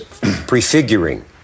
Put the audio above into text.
prefiguring